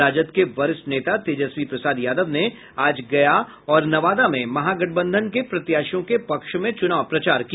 राजद के वरिष्ठ नेता तेजस्वी प्रसाद यादव ने आज गया और नवादा में महागठबंधन के प्रत्याशियों के पक्ष में चुनाव प्रचार किया